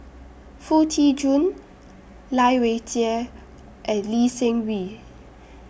Foo Tee Jun Lai Weijie and Lee Seng Wee